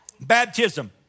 baptism